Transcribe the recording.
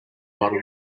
bottle